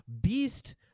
Beast